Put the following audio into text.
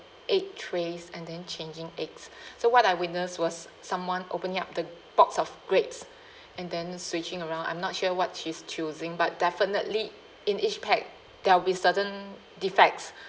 egg trays and then changing eggs so what I witness was someone opening up the box of grapes and then switching around I'm not sure what she's choosing but definitely in each pack there will be certain defects